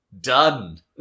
Done